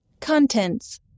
Contents